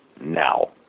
now